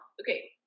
okay